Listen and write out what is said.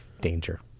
danger